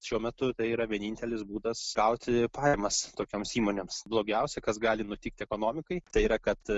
šiuo metu tai yra vienintelis būdas gauti pajamas tokioms įmonėms blogiausia kas gali nutikt ekonomikai tai yra kad